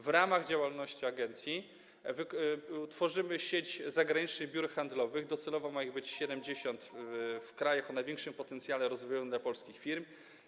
W ramach działalności agencji tworzymy sieć zagranicznych biur handlowych, docelowo ma ich być 70, w krajach o największym potencjale rozwojowym dla polskich firm.